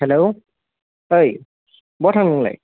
hello ओइ बहा थांनो नोंलाय